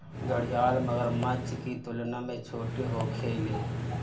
घड़ियाल मगरमच्छ की तुलना में छोट होखेले